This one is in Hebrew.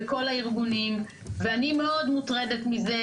בכל הארגונים ואני מאוד מוטרדת מזה,